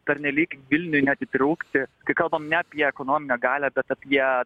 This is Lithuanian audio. pernelyg vilniui neatitrūkti kai kalbam ne apie ekonominę galią bet apie